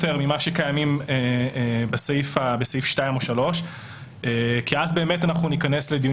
ממה שקיימים בסעיף 2 או 3 כי אז באמת אנחנו ניכנס לדיונים